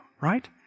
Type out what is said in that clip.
right